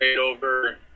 over –